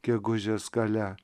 gegužės gale